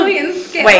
Wait